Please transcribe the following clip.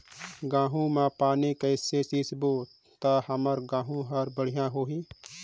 गहूं म पानी कइसे सिंचबो ता हमर गहूं हर बढ़िया होही?